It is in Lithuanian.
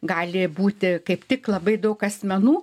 gali būti kaip tik labai daug asmenų